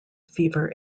fever